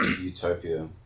utopia